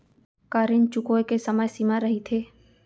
का ऋण चुकोय के समय सीमा रहिथे?